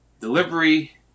delivery